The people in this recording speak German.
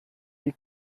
die